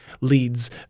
leads